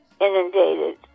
inundated